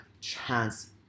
chance